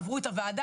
עברו את הוועדה,